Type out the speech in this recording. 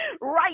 Right